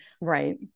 Right